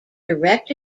direct